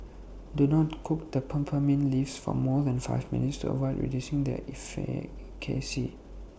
do not cook the peppermint leaves for more than five minutes to avoid reducing their efficacy